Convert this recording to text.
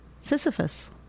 Sisyphus